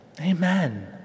Amen